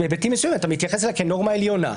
בהיבטים מסוימים אתה מתייחס אליה כאל נורמה עליונה.